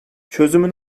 çözümü